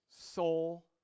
soul